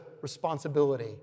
responsibility